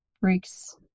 breaks